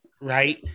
right